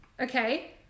Okay